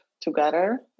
together